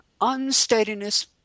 unsteadiness